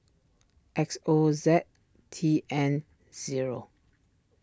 X O Z T N zero